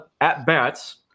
at-bats